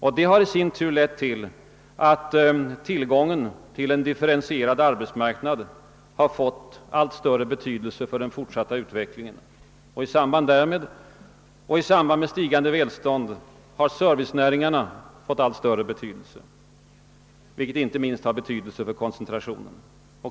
Detta har i sin tur lett till att tillgången till en differentierad arbetsmarknad har fått allt större betydelse för den fortsatta utvecklingen, och i samband med stigande välstånd har servicenäringarna fått allt större vikt, vilket inte minst har betydelse för koncentrationen.